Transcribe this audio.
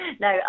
No